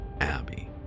Abby